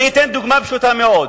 אני אתן דוגמה פשוטה מאוד.